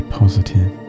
positive